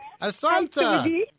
Asanta